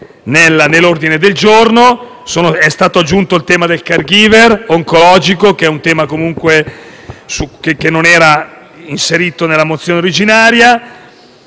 nell'ordine del giorno. È stato aggiunto il tema del *caregiver* oncologico, che non era inserito nella mozione originaria,